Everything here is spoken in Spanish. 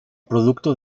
producto